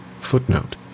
Footnote